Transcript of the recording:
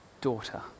Daughter